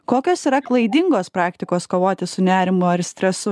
kokios yra klaidingos praktikos kovoti su nerimu ar stresu